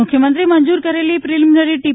મુખ્યમંત્રીશ્રીએ મંજૂર થયેલી પ્રિલીમીનરી ટી